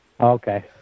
Okay